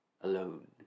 alone